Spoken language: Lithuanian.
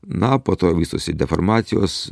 na po to vystosi deformacijos